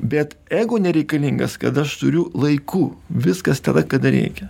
bet ego nereikalingas kada aš turiu laiku viskas tada kada reikia